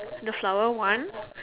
the flower one